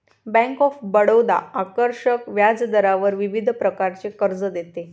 bank of Baroda आकर्षक व्याजदरावर विविध प्रकारचे कर्ज देते